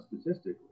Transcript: statistically